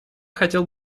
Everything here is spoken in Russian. хотел